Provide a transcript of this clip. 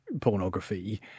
pornography